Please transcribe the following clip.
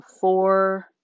Four